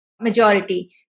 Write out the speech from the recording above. majority